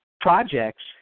projects